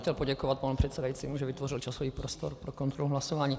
Chtěl bych poděkovat panu předsedajícímu, že vytvořil časový prostor pro kontrolu hlasování.